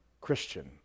Christian